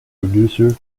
producer